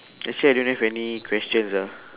actually I don't have any questions ah